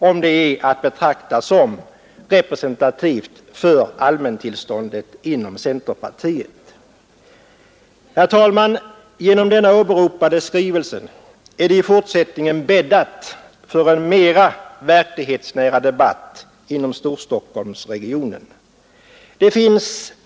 Är det att betrakta som representativt för allmäntillståndet inom centerpartiet? Genom den åberopade skrivelsen är det i fortsättningen bäddat för en mera verklighetsnära debatt inom Storstockholmsregionen.